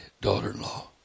daughter-in-law